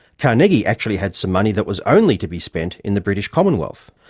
carnegie actually had some money that was only to be spent in the british commonwealth,